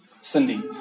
Cindy